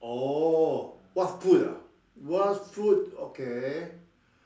oh what food ah what food okay